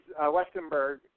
Westenberg